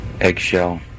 Eggshell